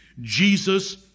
Jesus